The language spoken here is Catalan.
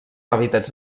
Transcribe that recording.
hàbitats